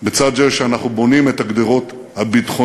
לצד זה שאנחנו בונים את הגדרות הביטחוניות.